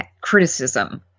criticism